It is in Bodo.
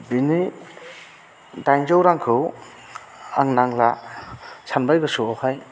बेनि डाइनजौ रांखौ आं नांला सानबाय गोसोआवहाय